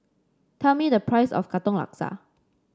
tell me the price of Katong Laksa